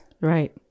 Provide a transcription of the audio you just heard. right